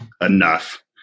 enough